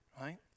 right